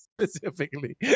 Specifically